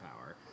power